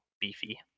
beefy